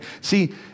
See